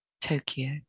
Tokyo